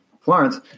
Florence